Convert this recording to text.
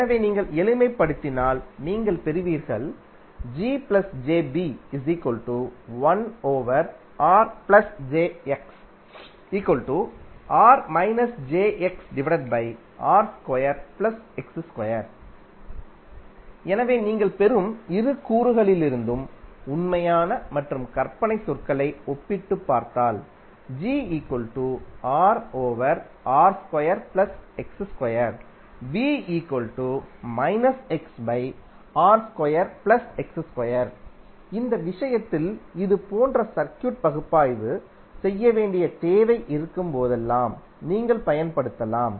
எனவே நீங்கள் எளிமைப்படுத்தினால் நீங்கள் பெறுவீர்கள் எனவே நீங்கள் பெறும் இரு கூறுகளிலிருந்தும் உண்மையான மற்றும் கற்பனை சொற்களை ஒப்பிட்டுப் பார்த்தால் இந்த விஷயத்தில் இது போன்ற சர்க்யூட் பகுப்பாய்வு செய்ய வேண்டிய தேவை இருக்கும்போதெல்லாம் நீங்கள் பயன்படுத்தலாம்